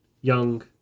young